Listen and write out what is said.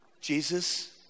Jesus